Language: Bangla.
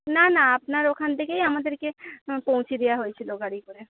না না আপনার ওখান থেকেই আমাদেরকে পৌঁছে দেওয়া হয়েছিল গাড়ি করে